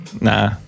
Nah